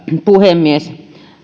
puhemies